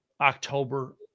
October